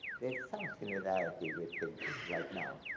there's some similarity we think right now.